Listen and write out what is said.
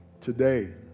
today